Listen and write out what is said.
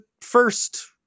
first